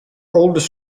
oldest